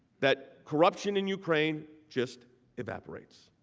that corruption in ukraine just evaporates?